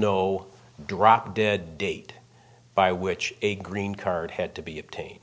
no drop dead date by which a green card had to be obtained